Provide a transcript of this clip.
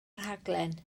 rhaglen